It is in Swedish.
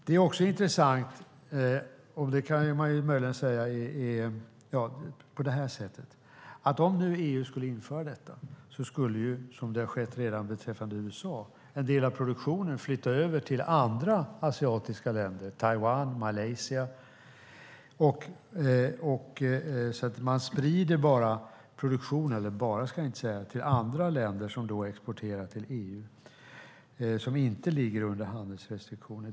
Det är också intressant att om EU skulle införa detta skulle, vilket redan har skett beträffande USA, en del av produktionen flytta över till andra asiatiska länder, till exempel Taiwan och Malaysia. Man sprider då produktionen till andra länder som exporterar till EU och som inte ligger under handelsrestriktioner.